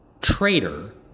traitor